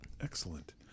Excellent